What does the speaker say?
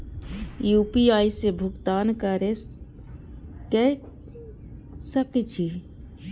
UPI से भुगतान क सके छी?